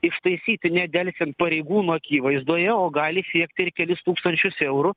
ištaisyti nedelsiant pareigūnų akivaizdoje o gali siekti ir kelis tūkstančius eurų